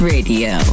Radio